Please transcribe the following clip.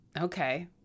Okay